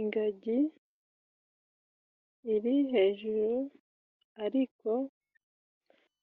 Ingagi iri hejuru ariko